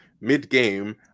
mid-game